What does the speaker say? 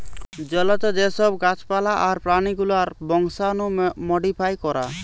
জলজ যে সব গাছ পালা আর প্রাণী গুলার বংশাণু মোডিফাই করা